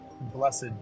blessed